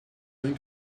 going